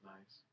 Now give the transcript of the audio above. Nice